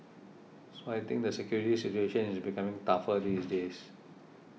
so I think the security situation is becoming tougher these days